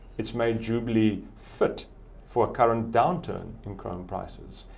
it's made jubilee fit for a current downturn in chrome prices,